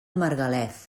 margalef